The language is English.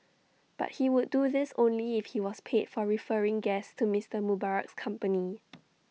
but he would do this only if he was paid for referring guests to Mister Mubarak's company